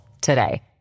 today